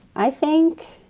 i think,